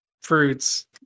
fruits